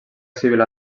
civil